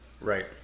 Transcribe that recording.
Right